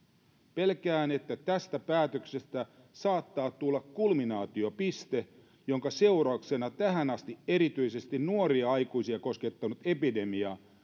pelkään että tästä päätöksestä saattaa tulla kulminaatiopiste jonka seurauksena tähän asti erityisesti nuoria aikuisia koskettanut epidemia